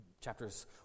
chapters